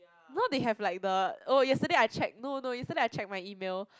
now they have like the oh yesterday I check no no yesterday I check my email